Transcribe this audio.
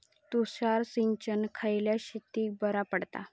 तुषार सिंचन खयल्या शेतीक बरा पडता?